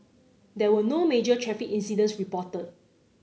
there were no major traffic incidents reported